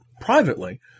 privately